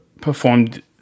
performed